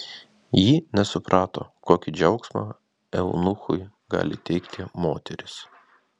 ji nesuprato kokį džiaugsmą eunuchui gali teikti moterys